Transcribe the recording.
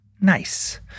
Nice